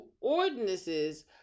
ordinances